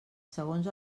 segons